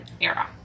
era